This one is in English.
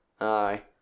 Aye